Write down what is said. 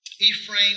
Ephraim